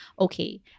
okay